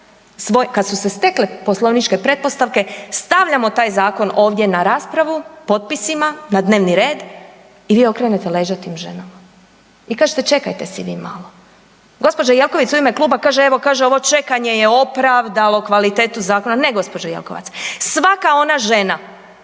kad su se stekle poslovničke pretpostavke, stavljamo taj Zakon ovdje na raspravu potpisima na dnevni red i vi okrenete leđa tim ženama. I kažete čekajte si vi malo. Gđo. Jelkovac u ime kluba kaže evo, kaže, ovo čekanje je opravdalo kvalitetu zakona. Ne, gđo. Jelkovac, svaka ona žena